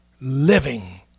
living